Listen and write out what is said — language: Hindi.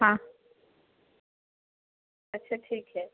हाँ अच्छा ठीक है